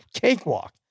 cakewalk